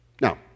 Now